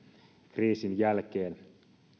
kriisin jälkeen